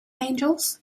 angels